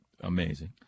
Amazing